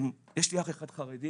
ויש לי אח אחד חרדי.